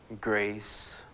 grace